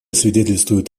свидетельствует